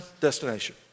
destination